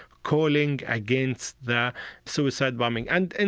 calling against the suicide bombing. and, and